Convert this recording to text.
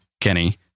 Kenny